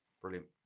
brilliant